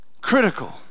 critical